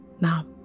Now